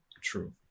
True